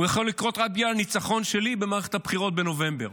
הוא יכול לקרות רק בגלל הניצחון שלי במערכת הבחירות בנובמבר.